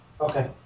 Okay